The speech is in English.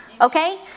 okay